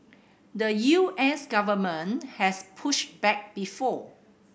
the U S government has pushed back before